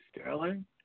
Sterling